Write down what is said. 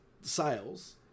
sales